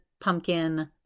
pumpkin